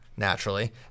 Naturally